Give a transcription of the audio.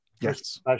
Yes